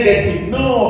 No